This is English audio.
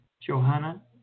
Johanna